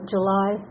July